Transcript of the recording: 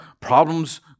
problems